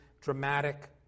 dramatic